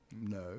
No